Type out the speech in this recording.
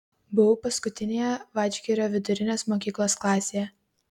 buvau paskutinėje vadžgirio vidurinės mokyklos klasėje